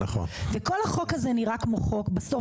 וכל החוק הזה נראה כמו חוק בסוף,